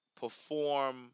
perform